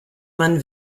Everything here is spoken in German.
man